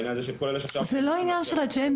בעניין הזה של כל אלה שעכשיו -- זה לא עניין של אג'נדה,